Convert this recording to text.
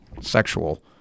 sexual